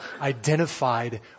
identified